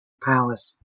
palace